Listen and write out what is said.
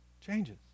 changes